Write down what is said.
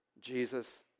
Jesus